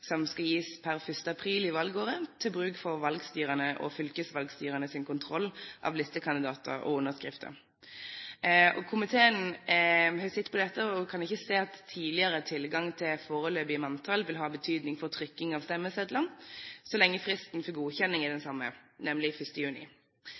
som skal gis per 1. april i valgåret til bruk for valgstyrene og fylkesvalgstyrenes kontroll av listekandidater og underskrifter. Komiteen har sett på dette og kan ikke se at tidligere tilgang til foreløpig manntall vil ha betydning for trykking av stemmesedler, så lenge fristen for godkjenning er den samme, nemlig 1. juni. Evalueringen fra valget i